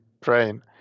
praying